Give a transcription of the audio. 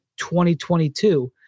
2022